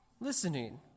Listening